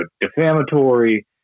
defamatory